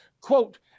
Quote